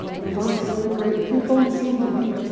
they're both really great people, it seems to me.